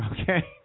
okay